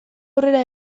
aurrera